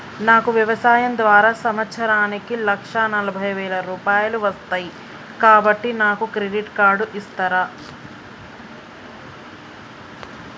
నాకు వ్యవసాయం ద్వారా సంవత్సరానికి లక్ష నలభై వేల రూపాయలు వస్తయ్, కాబట్టి నాకు క్రెడిట్ కార్డ్ ఇస్తరా?